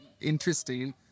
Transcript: interesting